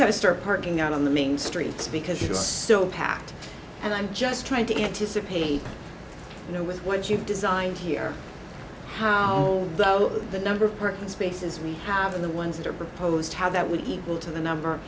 got to start parking on the main streets because it's so packed and i'm just trying to anticipate you know with what you've designed here how though the number of spaces we have are the ones that are proposed how that would equal to the number